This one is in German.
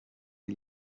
die